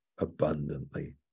Abundantly